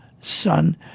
son